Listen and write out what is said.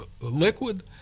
liquid